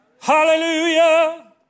Hallelujah